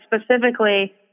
specifically